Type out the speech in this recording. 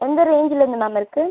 எந்த ரேஞ்சுலேருந்து மேம் இருக்குது